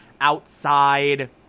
outside